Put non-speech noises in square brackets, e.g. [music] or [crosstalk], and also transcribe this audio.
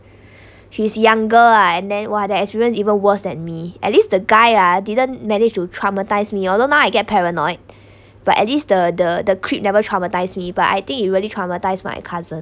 [breath] she's younger ah and then !wah! that experience even worst than me at least the guy ah didn't manage to traumatize me although now I get paranoid but at least the the the creep never traumatize me but I think it really traumatized my cousin